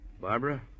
Barbara